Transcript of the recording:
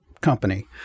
company